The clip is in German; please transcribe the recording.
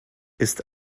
ist